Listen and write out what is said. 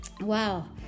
Wow